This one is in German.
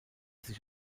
sich